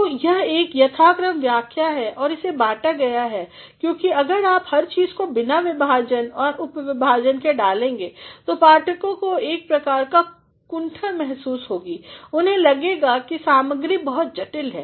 तो यह एक यथाक्रम व्याख्या है और इसे बांटा गया है क्योंकि अगर आप हर चीज़ को बिना विभाजन औरउपविभाजनके डालेंगे तो पाठकों को एक प्रकार कीकुंठामहसूस होगी उन्हें लगेगा की सामग्री बहुत जटिल है